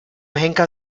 henker